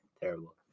terrible